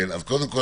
קודם כל,